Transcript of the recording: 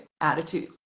attitude